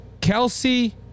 kelsey